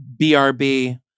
BRB